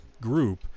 group